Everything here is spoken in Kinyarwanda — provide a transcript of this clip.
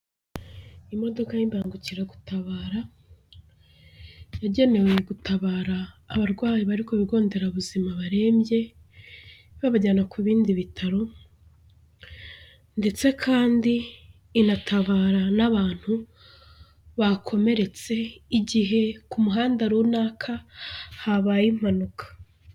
Imodoka y'imbangukiragutabara, yagenewe gutabara abarwayi bari ku bigo nderabuzima barembye, babajyana ku bindi bitaro, ndetse kandi inatabara n'abantu bakomeretse, igihe ku muhanda runaka habaye impanuka.